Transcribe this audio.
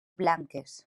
blanques